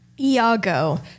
Iago